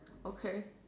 okay